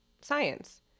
science